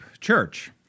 Church